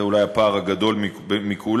זה אולי הפער הגדול מכולם,